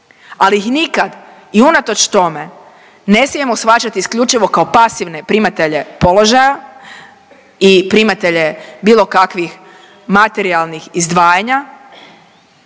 ali ih nikad i unatoč tome ne smijemo shvaćati isključivo kao pasivne primatelje položaja i primatelje bilo kakvih materijalnih izdvajanja,